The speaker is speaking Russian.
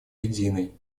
единой